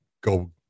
go